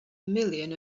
million